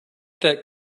that